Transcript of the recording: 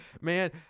man